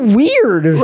weird